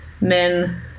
men